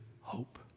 hope